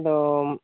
ᱟᱫᱚᱢ